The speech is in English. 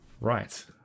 right